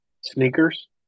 Sneakers